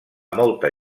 molta